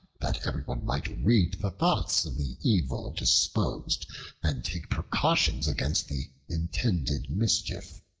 that everyone might read the thoughts of the evil disposed and take precautions against the intended mischief.